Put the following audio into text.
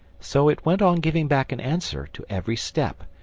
so it went on giving back an answer to every step,